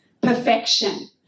perfection